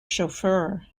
chauffeur